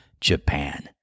Japan